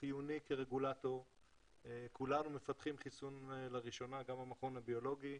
מנהל המכון למחקר ביולוגי.